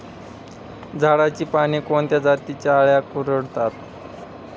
झाडाची पाने कोणत्या जातीच्या अळ्या कुरडतात?